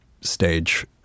stage